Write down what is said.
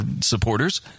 supporters